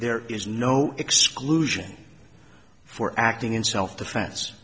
there is no exclusion for acting in self defense